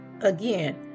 Again